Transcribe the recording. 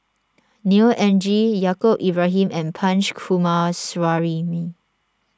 Neo Anngee Yaacob Ibrahim and Punch Coomaraswamy